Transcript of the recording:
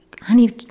honey